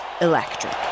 electric